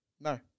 No